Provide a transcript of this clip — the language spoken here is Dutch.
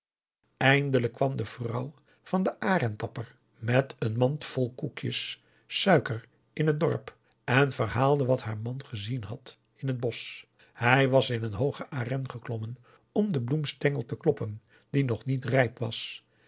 eindelijk kwam de vrouw van den arèn tapper met een mand vol koekjes suiker in het dorp en verhaalde wat haar man gezien had in het bosch hij was in een hoogen arèn geklommen om den bloemstengel te kloppen die nog niet rijp was